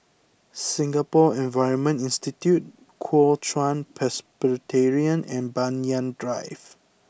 Singapore Environment Institute Kuo Chuan Presbyterian and Banyan Drive